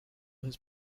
his